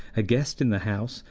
a guest in the house,